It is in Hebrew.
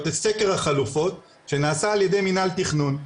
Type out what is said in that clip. את סקר החלופות שנעשה על-ידי מינהל התכנון.